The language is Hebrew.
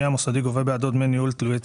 המוסדי גובה בעדו דמי ניהול תלויי תשואה,